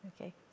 Okay